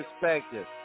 perspective